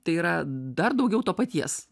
tai yra dar daugiau to paties